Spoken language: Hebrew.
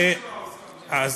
מה הממשלה עושה?